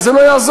וזה לא יעזור,